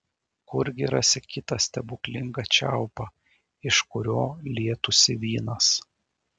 kurgi rasi kitą stebuklingą čiaupą iš kurio lietųsi vynas